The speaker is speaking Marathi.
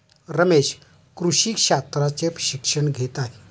रमेश कृषी शास्त्राचे शिक्षण घेत आहे